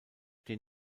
den